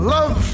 Love